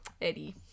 Eddie